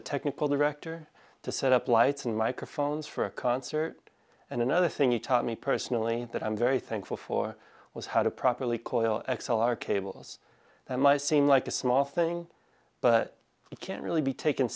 a technical director to set up lights and microphones for a concert and another thing he taught me personally that i'm very thankful for was how to properly coil x l r cables might seem like a small thing but it can't really be taken